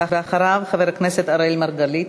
ואחריו, חבר הכנסת אראל מרגלית.